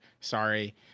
Sorry